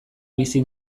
bizi